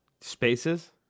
Spaces